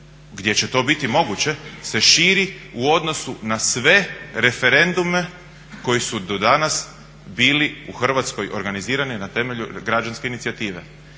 gdje će to biti moguće se širi u odnosu na sve referendume koji su do danas bili u Hrvatskoj organizirani na temelju građanske inicijative.